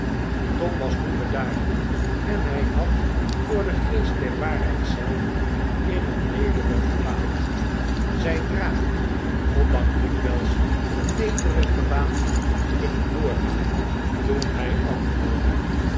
tom was nu bedaard en hij had voor den v geest der waarheid zelf in een nederig gewaad zij draagt goddank dikwijls een nederig gewaad kunnen doorgaan toen hij antwoordde